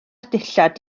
dillad